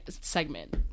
segment